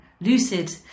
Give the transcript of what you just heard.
lucid